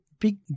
big